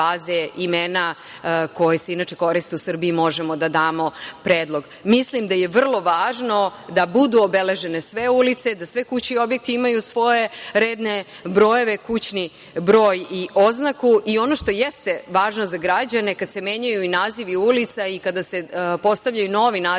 imena koja se inače koriste u Srbiji, možemo da damo predlog. Mislim da je vrlo važno da budu obeležene sve ulice, da sve kuće i objekti imaju svoje redne brojeve, kućni broj i oznaku i ono što jeste važno za građane, kad se menjaju i nazivi ulica i kada se postavljaju novi nazivi